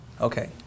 Okay